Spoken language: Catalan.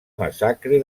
massacre